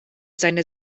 seine